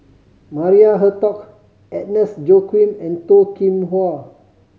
Maria Hertogh Agnes Joaquim and Toh Kim Hwa